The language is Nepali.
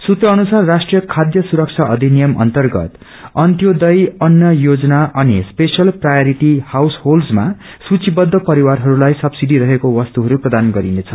सूत्र अनुसार राष्ट्रिय खाध्य सूरक्षा अधिनियम अर्न्तगत अंत्योदय अन्न योजना अनि स्पेशल प्राइरिटी इाउउसहोल्डरमा सूची बद्ध परिवारहस्ताई सब्सिडी रहेको वस्तुहरू प्रदान गरिनेछ